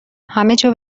همهجا